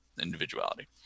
individuality